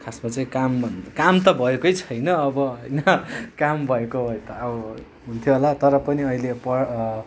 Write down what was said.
खासमा चाहिँ कामभन्दा काम त भएकै छैन अब होइन काम भएको भए त अब हुन्थ्यो होला तर पनि अहिले